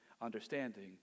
understanding